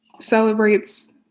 celebrates